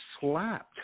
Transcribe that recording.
slapped